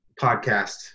podcast